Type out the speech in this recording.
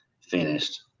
finished